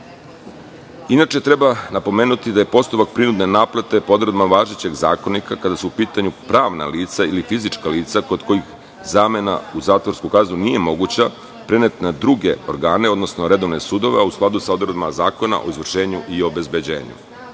suda. Inače, treba napomenuti da je postupak prinudne naplate po odredbama važećeg Zakonika, kada su u pitanju pravna lica ili fizička lica, kod kojih zamena u zatvorsku kaznu nije moguća, preneti na druge organe, odnosno redovne sudove, a u skladu sa odredbama Zakona o izvršenju i obezbeđenju. Sve